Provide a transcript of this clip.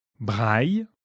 Braille